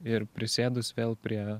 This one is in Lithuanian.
ir prisėdus vėl prie